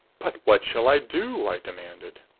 but what shall i do? i demanded.